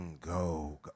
Go